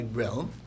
realm